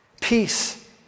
peace